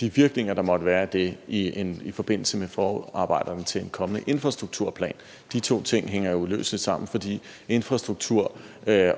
de virkninger, der måtte være af det, i forbindelse med forarbejderne til en kommende infrastrukturplan. De to ting hænger jo uløseligt sammen, for infrastruktur